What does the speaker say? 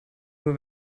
nur